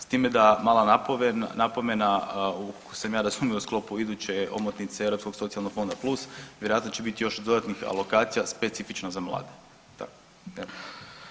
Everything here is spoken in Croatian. S time da mala napomena, koliko sam ja razumio, u sklopu iduće omotnice Europskog socijalnog fonda plus vjerojatno će bit još dodatnih alokacija specifično za mlade.